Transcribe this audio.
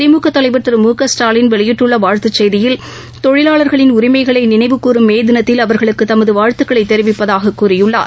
திமுகதலைவர் திருமுகஸ்டாலின் வெளியிட்டுள்ளவாழ்த்துச் செய்தியில் தொழிலாளர்களின் உரிமைகளைநினைவுகூரும் மேதினத்தில் அவர்களுக்குதமதுவாழ்த்துக்களைதெரிவிப்பதாககூறியுள்ளார்